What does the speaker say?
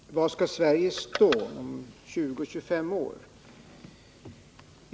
Herr talman! Var skall Sverige stå om 20-25 år, frågar Jörn Svensson.